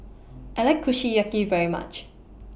I like Kushiyaki very much